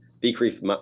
decrease